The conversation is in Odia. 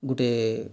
ଗୁଟେ